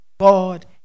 God